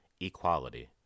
equality